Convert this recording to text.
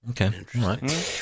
Okay